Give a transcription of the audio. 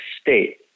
state